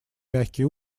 мягкий